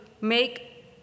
make